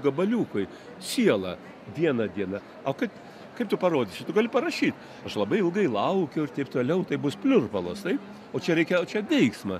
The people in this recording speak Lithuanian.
gabaliukui sielą vieną dieną o kad kaip tu parodysi tu gali parašyt aš labai ilgai laukiau ir taip toliau tai bus pliurpalas taip o čia reikėjo čia veiksmą